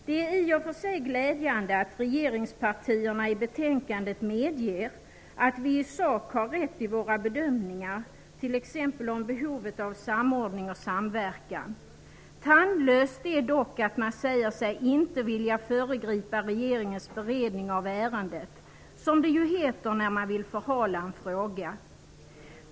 Det är i och för sig glädjande att regeringspartierna i betänkandet medger att vi i sak har rätt i våra bedömningar, t.ex. när det gäller behovet av samordning och samverkan. Tandlöst är dock att man säger sig ''inte vilja föregripa regeringens beredning av ärendet'', som det ju heter när man vill förhala en fråga.